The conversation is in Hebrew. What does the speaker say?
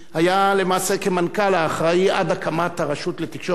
היה למעשה כמנכ"ל האחראי עד הקמת הרשות לתקשורת לאומית,